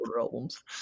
albums